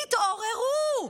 תתעוררו.